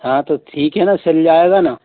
हाँ तो ठीक है ना सिल जाएगा ना